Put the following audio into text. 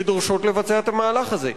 שדורשות לבצע את המהלך הזה.